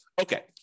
Okay